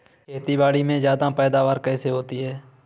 खेतीबाड़ी में ज्यादा पैदावार कैसे होती है?